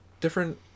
different